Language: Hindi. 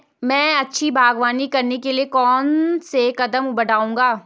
मैं अच्छी बागवानी करने के लिए कौन कौन से कदम बढ़ाऊंगा?